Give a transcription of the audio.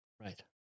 right